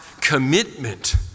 commitment